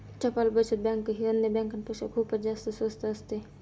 टपाल बचत बँक ही अन्य बँकांपेक्षा खूपच जास्त स्वस्त असते